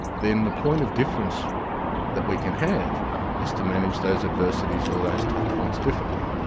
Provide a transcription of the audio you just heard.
then the point of difference that we can have is to manage those adversities, all those tough points differently.